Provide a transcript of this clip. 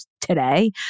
today